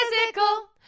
physical